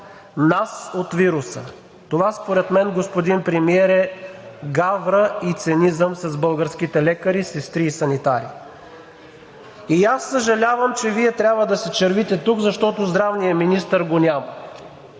нас от вируса. Това според мен, господин Премиер, е гавра и цинизъм с българските лекари, сестри и санитари. И аз съжалявам, че Вие трябва да се червите тук, защото здравният министър го няма.